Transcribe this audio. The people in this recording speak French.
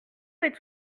est